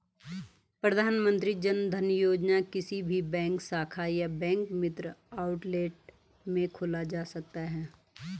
प्रधानमंत्री जनधन योजना किसी भी बैंक शाखा या बैंक मित्र आउटलेट में खोला जा सकता है